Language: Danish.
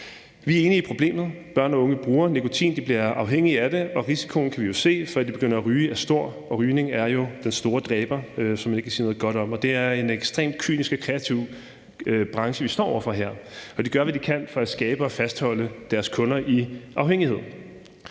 Vi er enige i problemet. Børn og unge bruger nikotin, og de bliver afhængige af det, og risikoen for, at de begynder at ryge, er stor – det kan vi se – og rygning er jo den store dræber, som man ikke kan sige noget godt om. Det er en ekstremt kynisk og kreativ branche, vi står over for her. De gør, hvad de kan for at skabe og fastholde deres kunder i afhængighed.